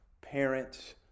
parents